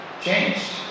changed